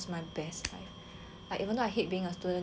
like even though I hate being a student leader